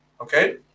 Okay